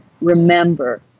Remember